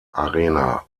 arena